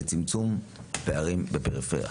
לצמצום הפערים בפריפריה.